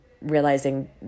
realizing